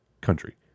country